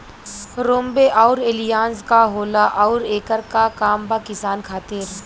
रोम्वे आउर एलियान्ज का होला आउरएकर का काम बा किसान खातिर?